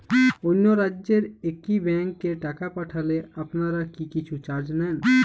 অন্য রাজ্যের একি ব্যাংক এ টাকা পাঠালে আপনারা কী কিছু চার্জ নেন?